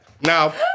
Now